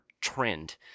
trend